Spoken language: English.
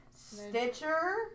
Stitcher